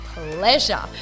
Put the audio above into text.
pleasure